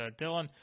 Dylan